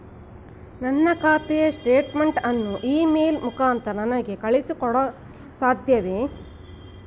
ನನ್ನ ಖಾತೆಯ ಸ್ಟೇಟ್ಮೆಂಟ್ ಅನ್ನು ಇ ಮೇಲ್ ಮುಖಾಂತರ ನನಗೆ ಕಳುಹಿಸಿ ಕೊಡಲು ಸಾಧ್ಯವೇ?